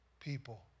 people